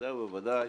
בוודאי ובוודאי